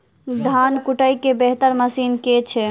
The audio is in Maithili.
धान कुटय केँ बेहतर मशीन केँ छै?